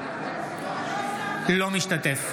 אינו משתתף